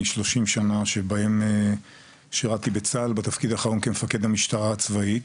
אני כ-30 שנים שבהן שירתי בצה"ל בתפקיד האחרון כמפקד המשטרה הצבאית